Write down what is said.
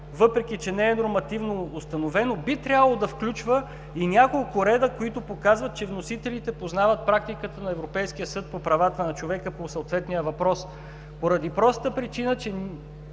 въпреки че не е нормативно установено, би трябвало да включва и няколко реда, които показват, че вносителите познават практиката на Европейския съд по правата на човека по съответния въпрос, поради простата причина че